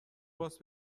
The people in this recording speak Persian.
باس